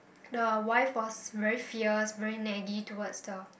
the wife was very fierce very naggy towards the